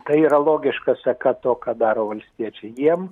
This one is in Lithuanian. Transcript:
tai yra logiška seka to ką daro valstiečiai jiem